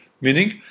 meaning